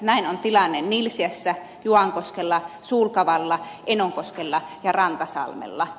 näin on tilanne nilsiässä juankoskella sulkavalla enonkoskella ja rantasalmella